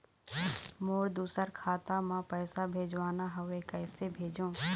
मोर दुसर खाता मा पैसा भेजवाना हवे, कइसे भेजों?